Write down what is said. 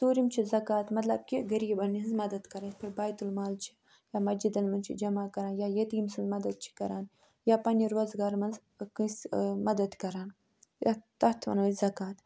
ژوٗرِم چھِ زکاوٰتہ مطلب کہِ غریٖبَن ہِنٛز مدتھ کَرٕنۍ یِتھ پٲٹھۍ بایتُ المال چھِ یا مسجِدَن منٛز چھِ جمع کران یا یٔتیٖم سٕنٛز مدتھ چھِ کران یا پَنٛنہِ روزگار منٛز کٲنٛسہِ مدتھ کران یَتھ تَتھ وَنو أسی زکوٰتہ